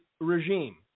regime